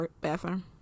bathroom